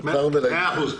קצר ולעניין.